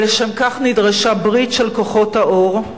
ולשם כך נדרשו ברית של כוחות האור,